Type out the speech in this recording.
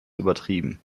übertrieben